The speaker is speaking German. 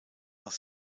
nach